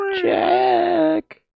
Check